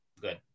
Good